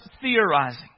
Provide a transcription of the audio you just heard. theorizing